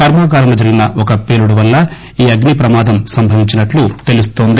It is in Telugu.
కర్మాగారంలో జరిగిన ఒక పేలుడు వల్ల ఈ అగ్పి ప్రమాదం సంభవించినట్లు తెలుస్తోంది